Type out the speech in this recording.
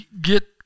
get